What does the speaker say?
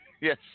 yes